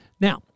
Now